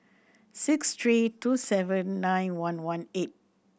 six three two seven nine one one eight